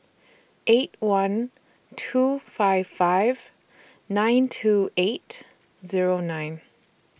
eight one two five five nine two eight Zero nine